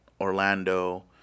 Orlando